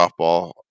softball